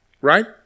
Right